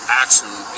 action